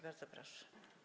Bardzo proszę.